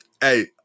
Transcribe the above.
Hey